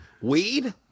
Weed